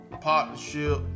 partnership